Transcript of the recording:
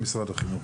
עם משרד החינוך.